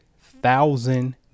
thousand